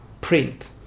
print